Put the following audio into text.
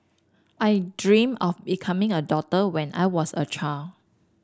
I dreamt of becoming a doctor when I was a child